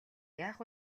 яах